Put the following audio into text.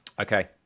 Okay